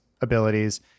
abilities